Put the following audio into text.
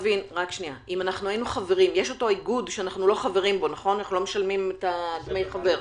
יש איגוד שאנחנו לא חברים בו, לא משלמים דמי חבר.